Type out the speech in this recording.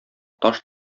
таш